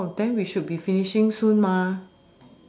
oh then we should be finishing soon mah